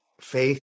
faith